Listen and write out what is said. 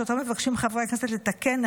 שאותו מבקשים חברי הכנסת לתקן,